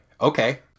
Okay